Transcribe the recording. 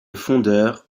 fondeur